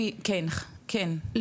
כן, כן.